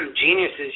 Geniuses